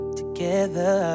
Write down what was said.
together